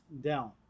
down